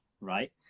right